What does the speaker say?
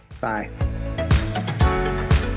Bye